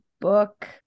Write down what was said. book